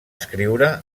escriure